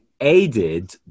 aided